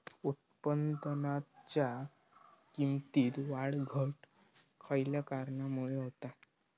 उत्पादनाच्या किमतीत वाढ घट खयल्या कारणामुळे होता?